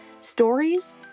Stories